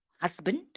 husband